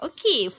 Okay